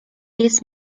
jest